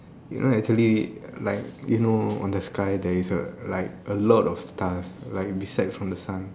you know actually like you know on the sky there is a like a lot of stars like beside from the sun